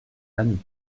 amie